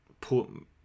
put